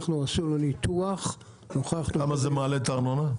אנחנו עשינו ניתוח --- בכמה זה מעלה את הארנונה?